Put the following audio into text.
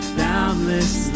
boundless